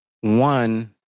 One